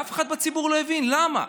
אף אחד בציבור לא הבין למה.